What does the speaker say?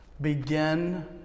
begin